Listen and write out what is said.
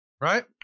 right